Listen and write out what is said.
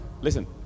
listen